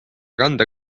kanda